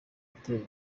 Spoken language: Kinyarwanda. utera